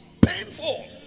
painful